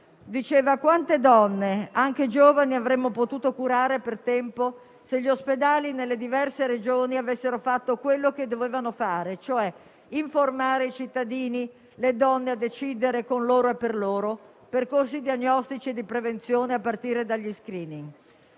disse: quante donne, anche giovani, avremmo potuto curare per tempo se gli ospedali nelle diverse Regioni avessero fatto quello che dovevano fare, cioè informare i cittadini e consentire alle donne di decidere, con loro e per loro, percorsi diagnostici e di prevenzione a partire dagli *screening*?